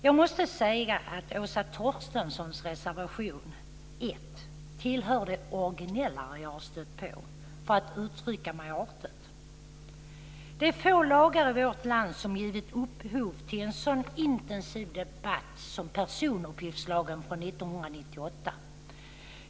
Jag måste säga att Åsa Torstenssons reservation 1 tillhör det originellare jag har stött på, för att uttrycka mig artigt. Det är få lagar i vårt land som gett upphov till en sådan intensiv debatt som personuppgiftslagen från 1998.